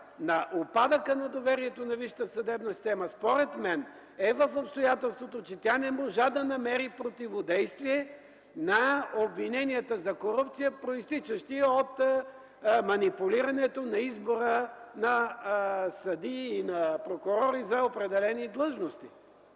на упадъка на доверието във висшата съдебна система, според мен, е в обстоятелството, че тя не можа да намери противодействие на обвиненията за корупция, произтичащи от манипулирането на избора на съдии и на прокурори за определени длъжности.